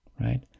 right